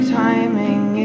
timing